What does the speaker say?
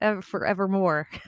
forevermore